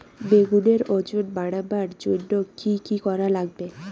বেগুনের ওজন বাড়াবার জইন্যে কি কি করা লাগবে?